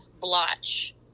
blotch